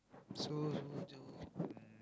so mm